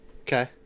Okay